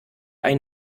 ein